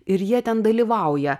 ir jie ten dalyvauja